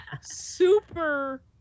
super